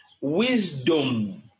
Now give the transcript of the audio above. Wisdom